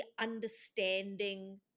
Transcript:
understanding